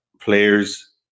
players